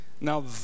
Now